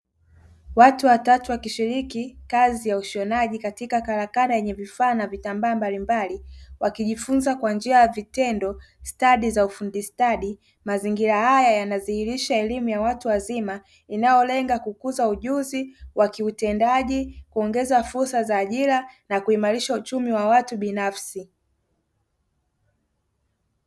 Watu watatu wakishiriki kazi ya ushonaji katika karakana yenye vifaa na vitambaa mbalimbali; wakijifunza kwa njia ya vitendo stadi za ufundi stadi. Mazingira haya yanadhihirisha ustadi wa elimu ya watu wazima; inayolenga kukunza ujuzi wa kiutendaji, kuongeza fursa za ajira na kuimarisha uchumi wa watu binafsi.